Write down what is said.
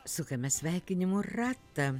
sukame sveikinimų ratą